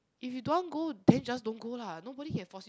if you don't want go then just don't go lah nobody can force